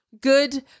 Good